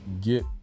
get